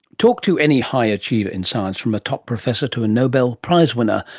talk to any high achiever in science from a top professor to a nobel prize winner,